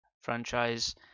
franchise